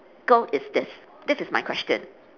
~cal is this this is my question